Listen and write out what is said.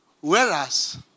whereas